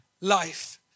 life